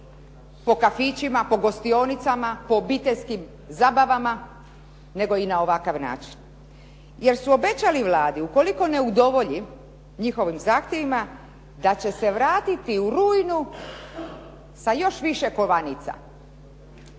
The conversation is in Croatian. po kafićima, po gostionicama, po obiteljskim zabavama nego i na ovakav način. Jer su obećali Vladi ukoliko ne udovolji njihovim zahtjevima da će se vratiti u rujnu sa još više kovanica.